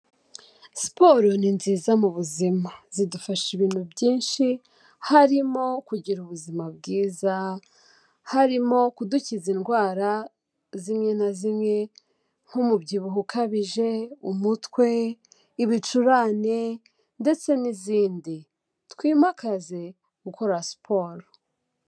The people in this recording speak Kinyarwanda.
Siporo ni nziza mu buzima. Zidufasha ibintu byinshi, harimo kugira ubuzima bwiza, harimo kudukiza indwara zimwe na zimwe nk'umubyibuho ukabije, umutwe, ibicurane ndetse n'izindi. Twimakaze gukora siporo.